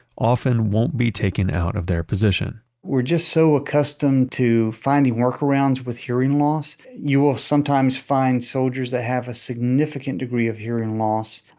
often won't be taken out of their position we're just so accustomed to finding workarounds with hearing loss. you will sometimes find soldiers that have a significant degree of hearing loss,